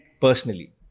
personally